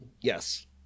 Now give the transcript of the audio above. Yes